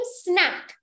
snack